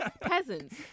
peasants